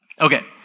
Okay